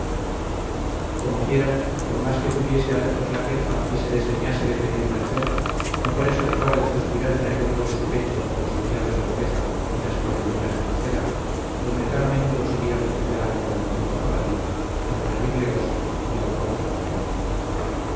comoquiera por más que tuviese a menos la queja y se desdeñase de pedir merced no por eso dejaba de suspirar en el hondo de su pecho por los collados del boeza y las cordilleras de noceda donde tan a menudo solía fatigar al colmilludo jabalí al terrible oso y al corzo volador